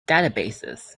databases